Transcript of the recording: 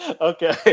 okay